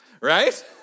right